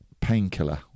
painkiller